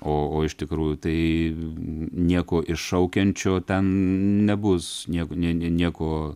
o o iš tikrųjų tai nieko iššaukiančio ten nebus nieko nie nie nieko